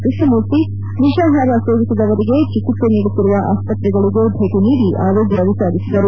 ಕೃಷ್ಣಮೂರ್ತಿ ವಿಷಾಹಾರ ಸೇವಿಸಿದವರಿಗೆ ಚಿಕಿತ್ಸೆ ನೀಡುತ್ತಿರುವ ಆಸ್ಪತ್ರೆಗಳಿಗೆ ಭೇಟಿ ನೀಡಿ ಆರೋಗ್ಡ ವಿಚಾರಿಸಿದರು